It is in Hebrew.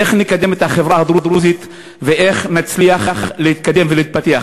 איך נקדם את החברה הדרוזית ואיך נצליח להתקדם ולהתפתח?